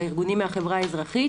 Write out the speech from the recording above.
ארגונים מהחברה האזרחית